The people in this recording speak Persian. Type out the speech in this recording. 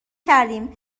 کردیم